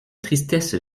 tristesse